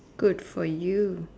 good for you